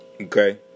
okay